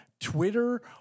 Twitter